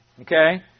Okay